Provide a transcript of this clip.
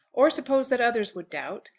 or suppose that others would doubt,